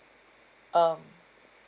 um